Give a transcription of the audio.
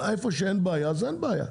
אבל איפה שאין בעיה אין בעיה,